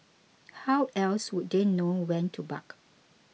how else would they know when to bark